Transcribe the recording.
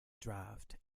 draft